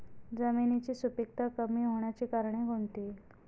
जमिनीची सुपिकता कमी होण्याची कारणे कोणती?